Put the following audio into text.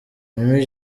mimi